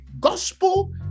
gospel